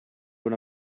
what